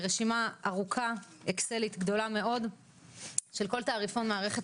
רשימת אקסל ארוכה וגדולה מאוד של כל תעריפי מערכת